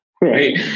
right